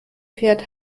fährt